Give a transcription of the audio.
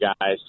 guys